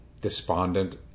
despondent